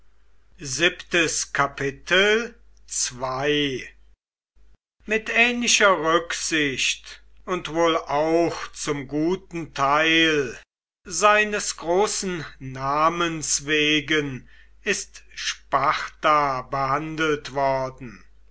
mit ähnlicher rücksicht und wohl auch zum guten teil seines großen namens wegen ist sparta behandelt worden